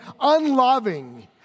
unloving